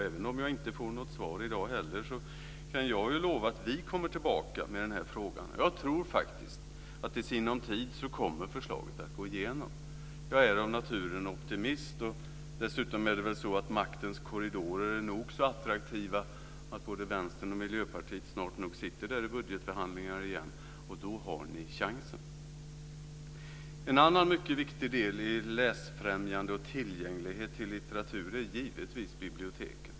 Även om jag inte får något svar i dag heller kan jag lova att vi kommer tillbaka i frågan. Jag tror faktiskt att i sinom tid kommer förslaget att gå igenom. Jag är av naturen optimist. Dessutom är maktens korridorer nog så attraktiva, att både Vänstern och Miljöpartiet snart sitter i budgetförhandlingar igen. Då har ni chansen! En annan mycket viktig del i läsfrämjande och tillgänglighet till litteratur är givetvis biblioteken.